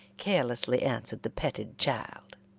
carelessly answered the petted child.